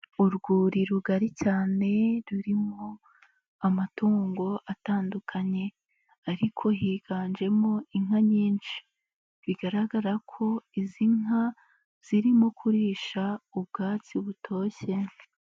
Urwuri rugari cyane rurimo amatungo atandukanye, ariko higanjemo inka nyinshi, bigaragara ko izi nka zirimo kurisha ubwatsi butoshye.